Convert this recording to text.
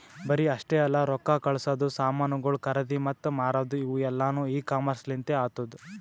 ಬರೇ ಅಷ್ಟೆ ಅಲ್ಲಾ ರೊಕ್ಕಾ ಕಳಸದು, ಸಾಮನುಗೊಳ್ ಖರದಿ ಮತ್ತ ಮಾರದು ಇವು ಎಲ್ಲಾನು ಇ ಕಾಮರ್ಸ್ ಲಿಂತ್ ಆತ್ತುದ